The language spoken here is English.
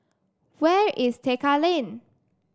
where is Tekka Lane